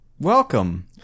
Welcome